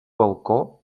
balcó